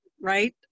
right